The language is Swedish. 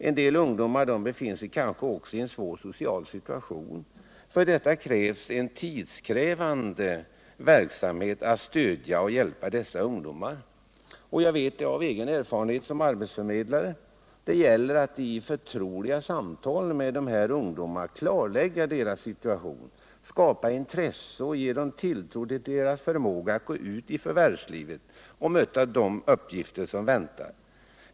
En del ungdomar befinner sig kanske också i en svår social situation. Det krävs därför mycket tid för att man skall kunna stödja och hjälpa dessa ungdomar. Av egen erfarenhet som arbetsförmedlare vet jag att det gäller att i förtroliga samtal med ungdomarna klarlägga deras situation, skapa intresse och ge dem tilltro till deras förmåga att gå ut i förvärvslivet och möta uppgifter som väntar.